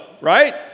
right